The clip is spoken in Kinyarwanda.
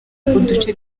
uduce